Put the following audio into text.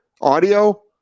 audio